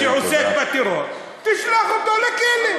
מי שעוסק בטרור, תשלח אותו לכלא.